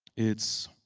it's